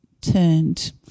turned